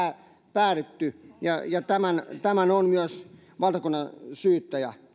päädytty ja ja tämän tämän on myös valtakunnansyyttäjä